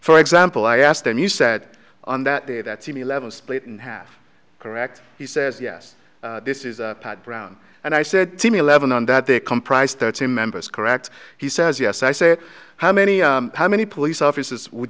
for example i asked them you said on that day that same eleven split in half correct he says yes this is pat brown and i said to me eleven on that they comprise thirteen members correct he says yes i say how many how many police officers would